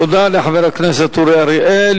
תודה לחבר הכנסת אורי אריאל.